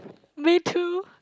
me too